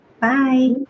Bye